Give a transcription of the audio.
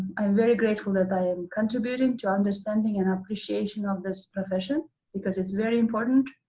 i'm very grateful that i am contributing to understanding an appreciation of this profession because it's very important.